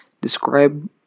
Describe